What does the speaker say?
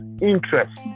interest